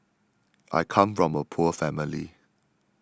I come from a poor family